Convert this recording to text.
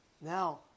now